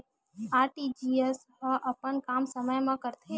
RTGS ह अपन काम समय मा करथे?